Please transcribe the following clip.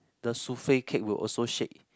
the souffle cake will also shake